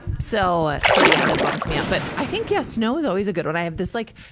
so, so the, yeah, that bums me out. but, i think, yeah, snow's always a good one. i have this like,